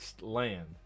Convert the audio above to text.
land